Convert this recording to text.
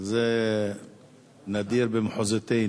אז זה נדיר במחוזותינו.